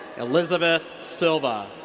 elizabeth silva.